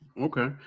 Okay